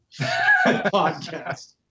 podcast